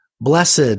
Blessed